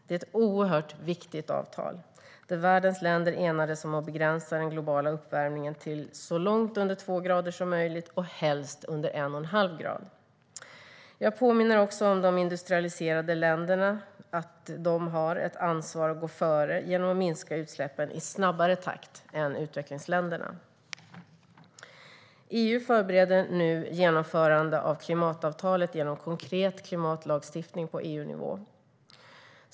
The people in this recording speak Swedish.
Det är ett oerhört viktigt avtal. Världens länder enades om att begränsa den globala uppvärmningen till så långt under två grader som möjligt, och helst under en och en halv grad. Jag påminner också om att de industrialiserade länderna har ett ansvar att gå före genom att minska utsläppen i snabbare takt än utvecklingsländerna. EU förbereder nu genomförande av klimatavtalet genom konkret klimatlagstiftning på EU-nivå.